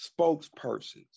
spokespersons